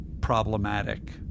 problematic